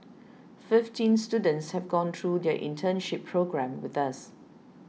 fifteen students have gone through their internship programme with us